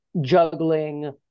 juggling